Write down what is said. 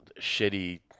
shitty